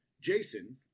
Jason